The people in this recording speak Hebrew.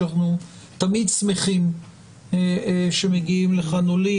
ואנחנו תמיד שמחים שמגיעים לכאן עולים,